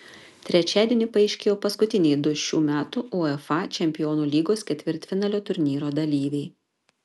trečiadienį paaiškėjo paskutiniai du šių metų uefa čempionų lygos ketvirtfinalio turnyro dalyviai